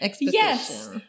yes